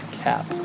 cap